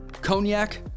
cognac